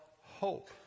hope